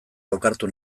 lokartu